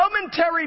momentary